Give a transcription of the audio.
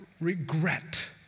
regret